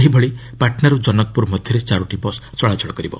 ସେହିଭଳି ପାଟନାରୁ ଜନକପୁର ମଧ୍ୟରେ ଚାରୋଟି ବସ୍ ଚଳାଚଳ କରିବ